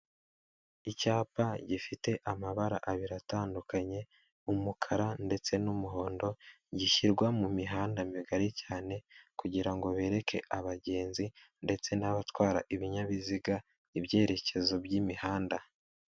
Icyapa gifite amabara abiri atandukanye, umukara ndetse n'umuhondo, gishyirwa mu mihanda migari cyane, kugira ngo bereke abagenzi, ndetse n'abatwara ibinyabiziga, ibyerekezo by'imihanda.